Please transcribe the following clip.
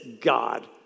God